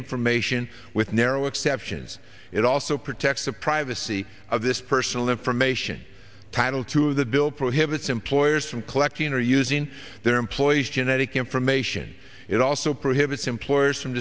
information with narrow exception yes it also protects the privacy of this personal information title to the bill prohibits employers from collecting or using their employee's genetic information it also prohibits employers from